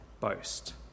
boast